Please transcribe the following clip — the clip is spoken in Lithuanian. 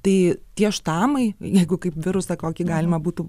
tai tie štamai jeigu kaip virusą kokį galima būtų